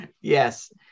Yes